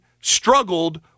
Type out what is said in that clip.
struggled